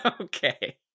Okay